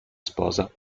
sposa